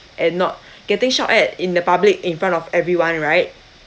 and not getting shout at in the public in front of everyone right